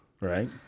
Right